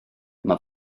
mae